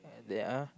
and they are